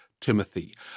Timothy